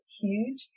huge